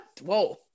Whoa